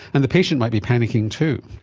and the patient might be panicking too.